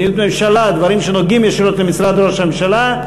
מדיניות הממשלה ודברים שנוגעים ישירות במשרד ראש הממשלה,